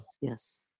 Yes